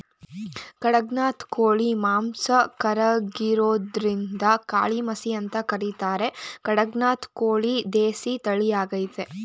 ಖಡಕ್ನಾಥ್ ಕೋಳಿ ಮಾಂಸ ಕರ್ರಗಿರೋದ್ರಿಂದಕಾಳಿಮಸಿ ಅಂತ ಕರೀತಾರೆ ಕಡಕ್ನಾಥ್ ಕೋಳಿ ದೇಸಿ ತಳಿಯಾಗಯ್ತೆ